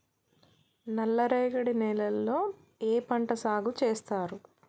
నల్లరేగడి నేలల్లో ఏ పంట సాగు చేస్తారు?